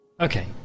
Okay